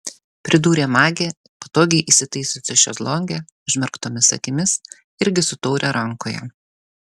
pridūrė magė patogiai įsitaisiusi šezlonge užmerktomis akimis irgi su taure rankoje